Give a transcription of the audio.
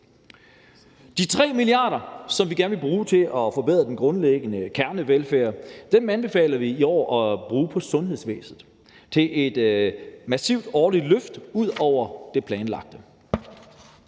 De 3 mia. kr., som vi gerne vil bruge til at forbedre den grundlæggende kernevelfærd, anbefaler vi i år at bruge på sundhedsvæsenet til et massivt årligt løft ud over det planlagte.